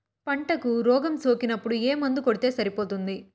పంటకు రోగం సోకినపుడు ఏ మందు కొడితే సరిపోతుంది?